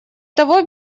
того